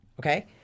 okay